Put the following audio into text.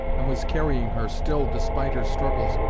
and was carrying her, still despite her struggles,